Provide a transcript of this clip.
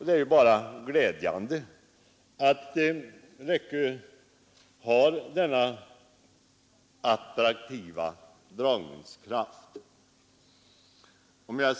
Det är bara glädjande att Läckö har denna dragningskraft.